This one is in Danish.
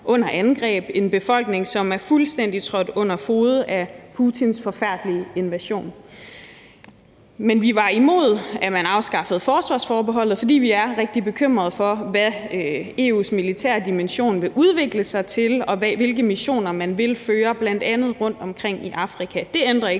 under angreb, og en befolkning, som er fuldstændig trådt under fode af Putins forfærdelige invasion. Men vi var imod, at man afskaffede forsvarsforbeholdet, fordi vi er rigtig bekymrede for, hvad EU's militære dimension vil udvikle sig til, og hvilke missioner man vil føre, bl.a. rundtomkring i Afrika. Det ændrer ikke